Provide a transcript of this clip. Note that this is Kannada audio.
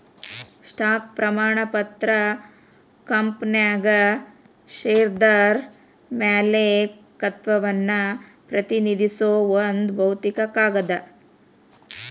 ಸ್ಟಾಕ್ ಪ್ರಮಾಣ ಪತ್ರ ಕಂಪನ್ಯಾಗ ಷೇರ್ದಾರ ಮಾಲೇಕತ್ವವನ್ನ ಪ್ರತಿನಿಧಿಸೋ ಒಂದ್ ಭೌತಿಕ ಕಾಗದ